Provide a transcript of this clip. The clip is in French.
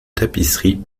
tapisseries